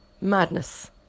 madness